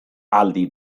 aldi